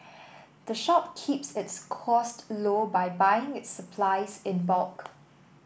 the shop keeps its cost low by buying its supplies in bulk